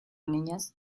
niñas